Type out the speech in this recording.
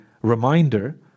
reminder